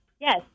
Yes